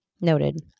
Noted